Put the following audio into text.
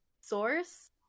source